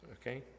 Okay